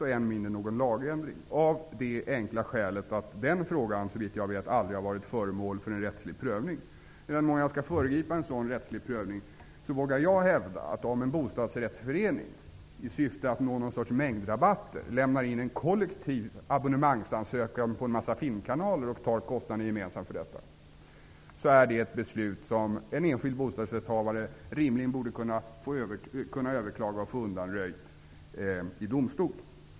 Än mindre behövs det någon lagändring av det enkla skälet att frågan -- såvitt jag vet -- aldrig har varit föremål för en rättslig prövning. I den mån jag skall föregripa en sådan rättslig prövning, vågar jag hävda att om en bostadsrättsförening i syfte att erhålla någon form av mängdrabatt lämnar in en kollektiv abonnemangsansökan angående olika filmkanaler, är detta ett beslut som en enskild bostadsrättshavare rimligen borde kunna överklaga och få undanröjt av domstol.